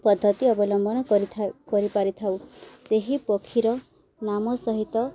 ପଦ୍ଧତି ଅବଲମ୍ବନ କରିଥା କରିପାରିଥାଉ ସେହି ପକ୍ଷୀର ନାମ ସହିତ